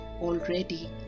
already